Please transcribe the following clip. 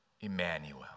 Emmanuel